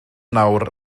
nawr